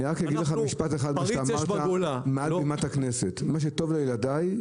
אני אגיד לך משפט אחד שאמרת מעל בימת הכנסת: מה שטוב לילדיי,